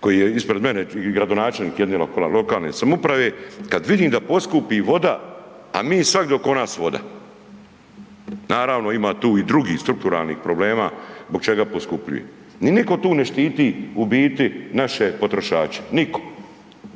koji je ispred mene gradonačelnik jedna lokalne samouprave, kad vidim da poskupi voda, a mi svagdi oko nas voda. Naravno ima tu i drugih strukturalnih problema zbog čega poskupljuje, ni nitko tu ne štiti u biti naše potrošače, nitko.